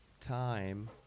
time